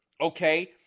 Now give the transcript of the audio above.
Okay